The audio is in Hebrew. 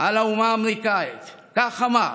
על האומה האמריקנית, כך אמר: